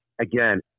Again